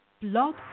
Blog